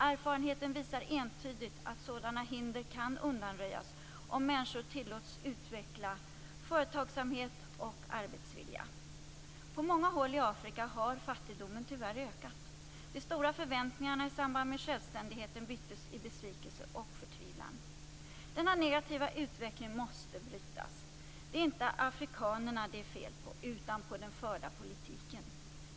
Erfarenheten visar entydigt att sådana hinder kan undanröjas om människor tillåts utveckla företagsamhet och arbetsvilja. På många håll i Afrika har fattigdomen tyvärr ökat. De stora förväntningarna i samband med självständigheten byttes i besvikelse och förtvivlan. Denna negativa utveckling måste brytas. Det är inte afrikanerna det är fel på utan på den förda politiken.